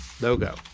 Logo